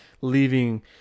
leaving